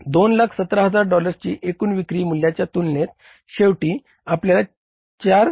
217000 डॉलर्सच्या एकूण विक्री मूल्याच्या तुलनेत शेवटी आपल्याला 4